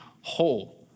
whole